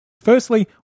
Firstly